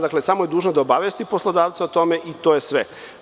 Dakle, samo je dužna da obavesti poslodavca o tome, i to je sve.